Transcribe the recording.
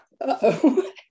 uh-oh